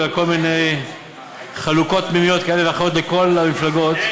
בגלל כל מיני חלוקות פנימיות כאלה ואחרות לכל המפלגות.